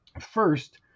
First